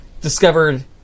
discovered